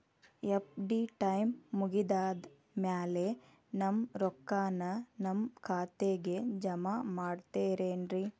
FD time ಮುಗಿದಾದ್ ಮ್ಯಾಲೆ ನಮ್ ರೊಕ್ಕಾನ ನಮ್ ಖಾತೆಗೆ ಜಮಾ ಮಾಡ್ತೇರೆನ್ರಿ?